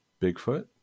Bigfoot